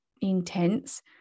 intense